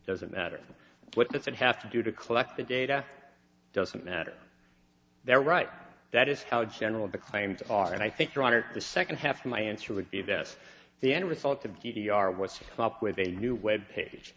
need doesn't matter what does it have to do to collect the data doesn't matter they're right that is how general the claims are and i think your honor the second half of my answer would be that the end result of g d r what's up with a new web page